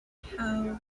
how